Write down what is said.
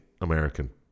American